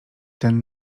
ten